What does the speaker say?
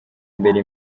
imbere